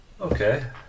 okay